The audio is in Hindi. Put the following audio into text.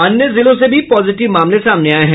अन्य जिलों से भी पॉजिटिव मामले सामने आये हैं